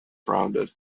rounded